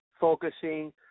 focusing